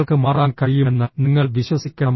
നിങ്ങൾക്ക് മാറാൻ കഴിയുമെന്ന് നിങ്ങൾ വിശ്വസിക്കണം